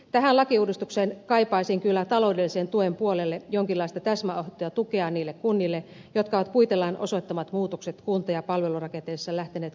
tähän lakiuudistukseen kaipaisin kyllä taloudellisen tuen puolelle jonkinlaista täsmäapua ja tukea niille kunnille jotka ovat puitelain osoittamat muutokset kunta ja palvelurakenteessa lähteneet kuuliaisesti tekemään